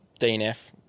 DNF